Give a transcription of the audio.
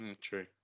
True